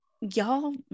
y'all